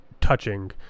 touching